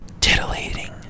Titillating